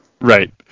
Right